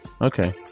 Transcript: Okay